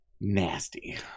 nasty